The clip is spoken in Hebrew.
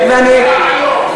זה מה שאת עושה כל יום שני.